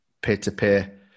peer-to-peer